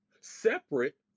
separate